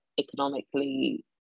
economically